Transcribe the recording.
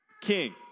King